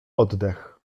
oddech